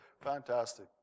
fantastic